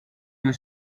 you